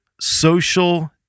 Social